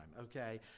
Okay